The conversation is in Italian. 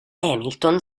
hamilton